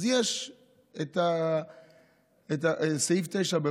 אז יש את סעיף 9 על